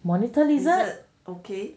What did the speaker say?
okay